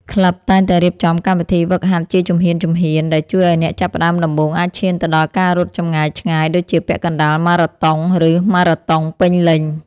ក្លឹបតែងតែរៀបចំកម្មវិធីហ្វឹកហាត់ជាជំហានៗ ដែលជួយឱ្យអ្នកចាប់ផ្ដើមដំបូងអាចឈានទៅដល់ការរត់ចម្ងាយឆ្ងាយដូចជាពាក់កណ្ដាលម៉ារ៉ាតុង ឬម៉ារ៉ាតុងពេញលេញ។